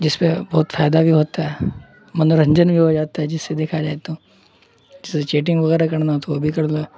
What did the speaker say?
جس پہ بہت فائدہ بھی ہوتا ہے منورنجن بھی ہو جاتا ہے جس سے دیکھا جائے تو جیسے چیٹنگ وغیرہ کرنا ہو تو وہ بھی کر لو